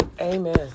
Amen